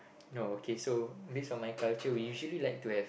no okay so based on my culture we usually like to have